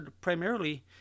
primarily